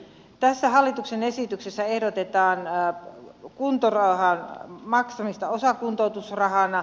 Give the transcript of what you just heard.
tässä hallituksen esityksessä ehdotetaan kuntorahan maksamista osakuntoutusrahana